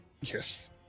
Yes